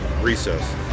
recess